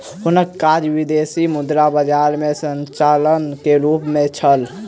हुनकर काज विदेशी मुद्रा बजार में संचालक के रूप में छल